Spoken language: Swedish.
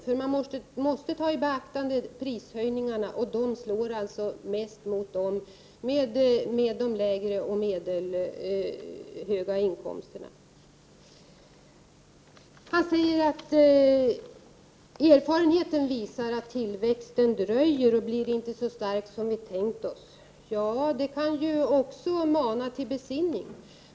Man måste även ta prishöjningarna i beaktande, och de slår mest mot dem som har lägre och meldelhöga inkomster. Han säger att erfarenheten visar att tillväxten dröjer och inte blir så stark som vi har tänkt oss. Ja, det kan ju också mana till besinning.